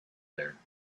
there